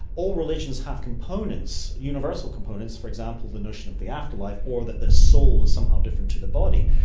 all religions have components, universal components, for example the notion of the afterlife or that the soul is somehow different to the body.